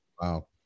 Wow